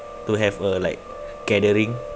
to have a like gathering